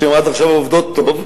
שהן עד עכשיו עובדות טוב,